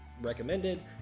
recommended